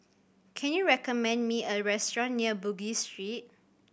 can you recommend me a restaurant near Bugis Street